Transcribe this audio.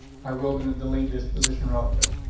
i will gonna delete this position relative.